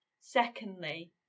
Secondly